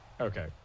okay